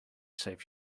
save